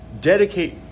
dedicate